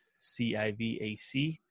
civac